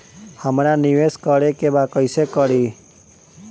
हमरा निवेश करे के बा कईसे करी?